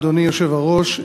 אדוני היושב-ראש,